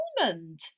almond